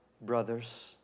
brothers